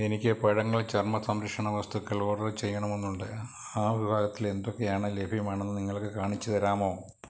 എനിക്ക് പഴങ്ങൾ ചർമ്മ സംരക്ഷണ വസ്തുക്കൾ ഓഡർ ചെയ്യണമെന്നുണ്ട് ആ വിഭാഗത്തിലെന്തൊക്കെയാണ് ലഭ്യമാണെന്നു നിങ്ങൾക്കു കാണിച്ചു തരാമോ